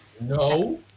No